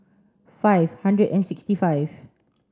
five hundred and sixty five